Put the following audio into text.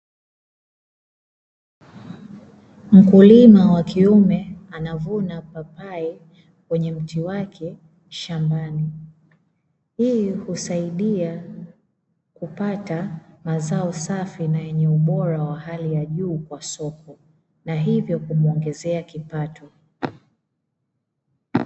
Mkulima wa kiume anavuna papai kwenye mti wake shambani, hii husaidia kupata mazao safi na yenye ubora wa hali ya juu kwa soko na hiyvo kumuongezea kipato.